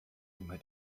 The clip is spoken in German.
immer